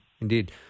indeed